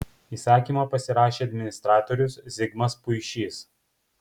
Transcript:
įsakymą pasirašė administratorius zigmas puišys